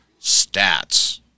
stats